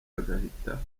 agahita